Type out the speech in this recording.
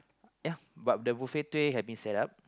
yeah but the buffet tray had been set up